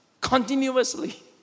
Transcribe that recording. continuously